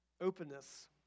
openness